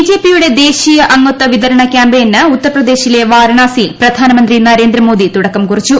BJP യുടെ ദേശീയ അംഗത്വ വിതരണ കൃാമ്പയിന് ഉത്തർപ്രദേശിലെ വാരാണസിയിൽ പ്രധാനമന്ത്രി നരേന്ദ്രമോദി തുടക്കം കുറിച്ചു